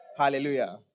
Hallelujah